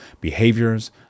behaviors